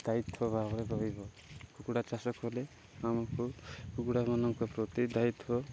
ଦାୟିତ୍ଵ ଭାବ ରହିବ କୁକୁଡ଼ା ଚାଷ କଲେ ଆମକୁ କୁକୁଡ଼ାମାନଙ୍କ ପ୍ରତି ଦାୟିତ୍ଵ